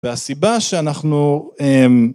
והסיבה שאנחנו